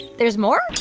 there's more?